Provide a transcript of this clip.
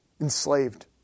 enslaved